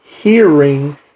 hearing